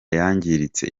yangiritse